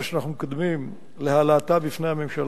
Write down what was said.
שאנחנו מקדמים להעלאתה בפני הממשלה.